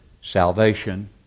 Salvation